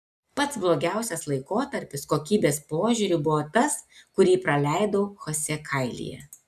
pats blogiausias laikotarpis kokybės požiūriu buvo tas kurį praleidau chosė kailyje